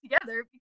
together